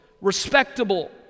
respectable